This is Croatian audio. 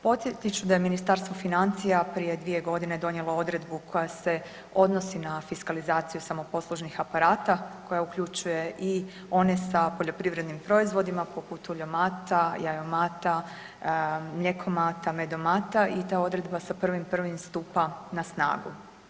Podsjetit ću da je Ministarstvo financija prije dvije godine donijelo Odredbu koja se odnosi na fiskalizaciju samoposlužnih aparata koja uključuje i one sa poljoprivrednim proizvodima, poput uljomata, jajomata, mljekomata, medomata i ta Odredba sa 01.01. stupa na snagu.